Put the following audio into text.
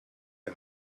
die